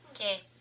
Okay